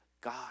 God